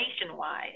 nationwide